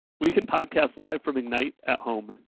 we can podcast live from ignite at home.